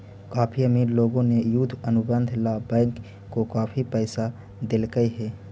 काफी अमीर लोगों ने युद्ध अनुबंध ला बैंक को काफी पैसा देलकइ हे